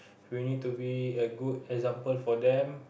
if you need to be a good example for them